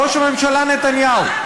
ראש הממשלה נתניהו,